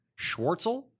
Schwartzel